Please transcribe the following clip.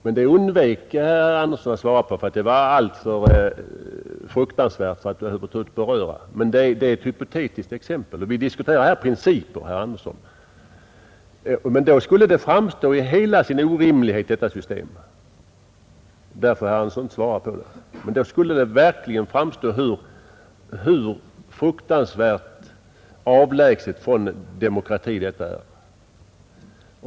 Men det undvek herr Andersson att svara på, eftersom det enligt hans mening var alltför fruktansvärt att beröra. Exemplet är hypotetiskt, herr Andersson, och vi diskuterar här principer. Men då skulle detta system framstå i hela sin orimlighet. Det är kanske därför herr Andersson inte svarar. Då skulle det verkligen framstå hur fruktansvärt avlägset från demokrati detta är.